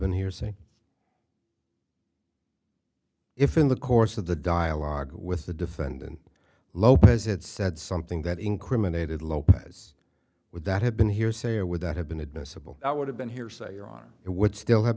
been here saying if in the course of the dialogue with the defendant lopez had said something that incriminated lopez would that have been hearsay or would that have been admissible i would have been hearsay your honor it would still have